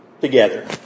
together